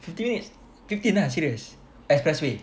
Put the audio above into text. fifteen minutes fifteen ah serious expressway